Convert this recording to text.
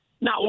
Now